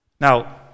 Now